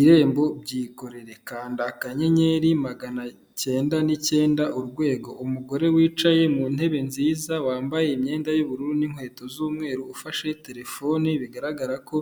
Irembo byikorere kanda akanyenyeri magana cyenda n'icyenda urwego, umugore wicaye mu ntebe nziza wambaye imyenda y'ubururu n'inkweto z'umweru ufashe terefoni bigaragara ko